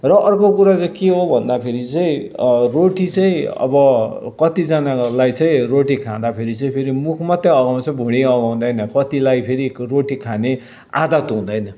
र अर्को कुरो चाहिँ के हो भन्दा फेरि चाहिँ रोटी चाहिँ अब कतिजनालाई चाहिँ रोटी खाँदा फेरि चाहिँ फेरि मुख मात्रै अघाउँछ भुँडी अघाउँदैन कतिलाई फेरि रोटी खाने आदत हुँदैन है